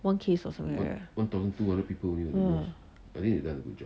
one case or something like that right !wah! uh